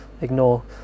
ignore